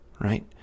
right